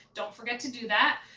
don't forget to do that,